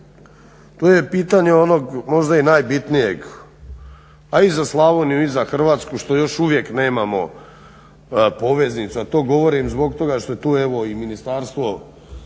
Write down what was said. Tu je pitanje onog, možda i najbitnijeg a i za Slavoniju i za Hrvatsku, što još uvijek nemamo poveznicu, a to govorim zbog toga što je tu evo i Ministarstvo